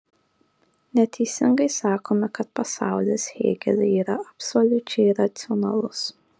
neteisingai sakome kad pasaulis hėgeliui yra absoliučiai racionalus